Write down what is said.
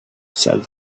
said